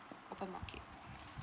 open market